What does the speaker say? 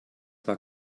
war